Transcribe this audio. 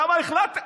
למה החלטתם,